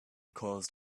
caused